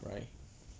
right